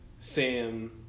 Sam